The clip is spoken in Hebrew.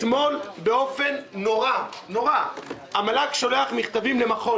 אתמול באופן נורא המל"ג שלח מכתבים למכון